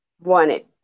wanted